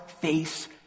face